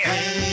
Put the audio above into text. Hey